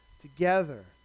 together